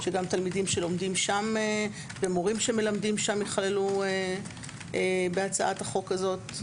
שגם תלמידים שלומדים שם ומורים שמלמדים שם יכללו בהצעת החוק הזאת.